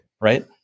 Right